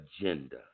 agenda